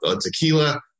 tequila